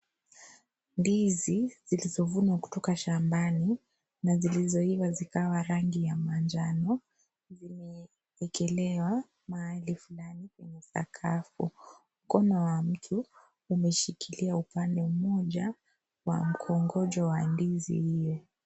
Ndizi, zilizovunwa kutoka shambani na zilizoiva zikawa rangi ya manjano, zimewekelewa mahali kuna sakafu. Mkono wa mtu, umeshikilia upande moja, wa mkongojo wa ndizi hiyo.